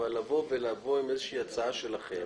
אבל לבוא ולבוא עם איזושהי הצעה שלכם